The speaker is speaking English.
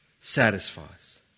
satisfies